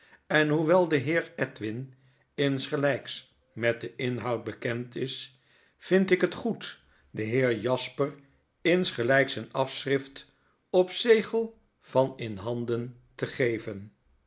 en hoewel de heer edwin insgelyks met den inhoud bekend is vind ik het goed er den heer jasper insgelyks een afschrift op zegel van in handen te geven